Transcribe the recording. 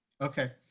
Okay